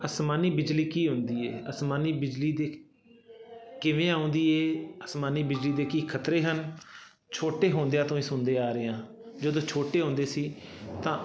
ਅਸਮਾਨੀ ਬਿਜਲੀ ਕੀ ਹੁੰਦੀ ਹੈ ਅਸਮਾਨੀ ਬਿਜਲੀ ਦੇ ਕਿਵੇਂ ਆਉਂਦੀ ਹੈ ਅਸਮਾਨੀ ਬਿਜਲੀ ਦੇ ਕੀ ਖ਼ਤਰੇ ਹਨ ਛੋਟੇ ਹੁੰਦਿਆਂ ਤੋਂ ਹੀ ਸੁਣਦੇ ਆ ਰਹੇ ਹਾਂ ਜਦੋਂ ਛੋਟੇ ਹੁੰਦੇ ਸੀ ਤਾਂ